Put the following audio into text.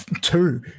two